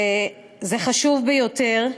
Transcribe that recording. וזה חשוב ביותר,